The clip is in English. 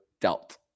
dealt